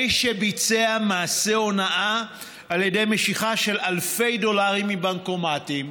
האיש שביצע מעשי הונאה על ידי משיכה של אלפי דולרים מבנקומטים,